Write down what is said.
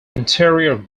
interior